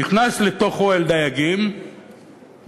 נכנס לתוך אוהל דייגים ונעלם.